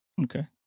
Okay